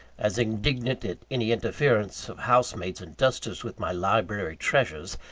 as indignant at any interference of housemaids and dusters with my library treasures,